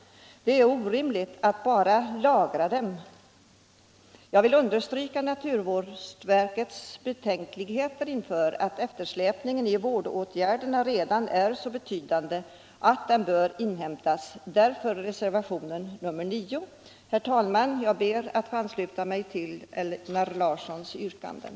Det är orimligt att bara ”lagra” dem. Jag vill understryka naturvårdsverkets betänkligheter inför eftersläpningen i vårdåtgärderna. Den är redan så betydande att den bör inhämtas. Därför har reservationen 9 tillkommit. Fru talman! Jag ber att få ansluta mig till yrkandena av herr Larsson i Borrby.